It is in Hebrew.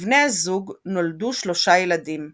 לבני הזוג נולדו שלושה ילדים שירה,